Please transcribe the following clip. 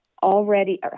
already